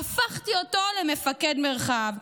"הפכתי אותו למפקד מרחב".